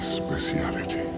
speciality